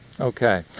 Okay